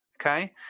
okay